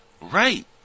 Right